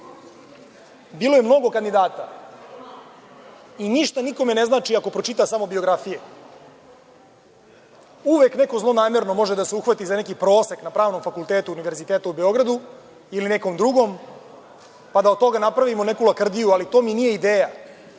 Bilo je mnogo kandidata i ništa nikome ne znači ako pročita samo biografije. Uvek neko zlonamerno može da se uhvati za neki prosek na Pravnom fakultetu Univerziteta u Beogradu, ili nekom drugom, pa da od toga napravimo neku lakrdiju, ali to mi nije ideja. Nama